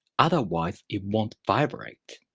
otherwise, it won't vibrate.